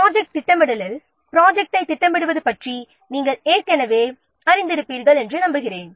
project திட்டமிடலில் ப்ரொஜக்டை எப்படி திட்டமிடுவது என்று நீங்கள் ஏற்கனவே அறிந்திருப்பீர்கள் என்று நம்புகிறேன்